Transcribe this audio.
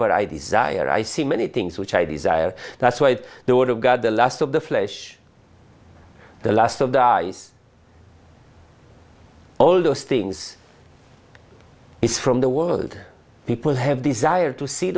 were i desire i see many things which i desire that's why the word of god the last of the flesh the lust of the eyes all those things is from the world people have desire to see